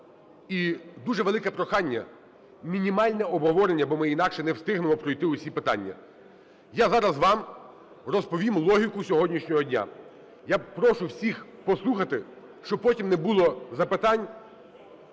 І дуже велике прохання: мінімальне обговорення, бо ми інакше не встигнемо пройти всі питання. Я зараз вам розповім логіку сьогоднішнього дня. Я прошу всіх послухати, щоб потім не було запитань,